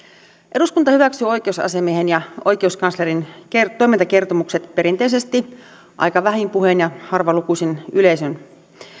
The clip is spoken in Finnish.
eduskunta hyväksyy oikeusasiamiehen ja oikeuskanslerin toimintakertomukset perinteisesti aika vähin puhein ja harvalukuisin yleisöin